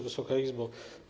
Wysoka Izbo!